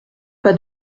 pas